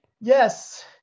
Yes